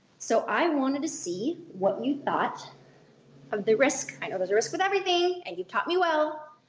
so i wanted to see what you thought of the risk. i know there's risks with everything and you've taught me well.